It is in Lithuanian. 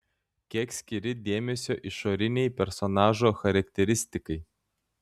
kiek skiri dėmesio išorinei personažo charakteristikai